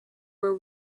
were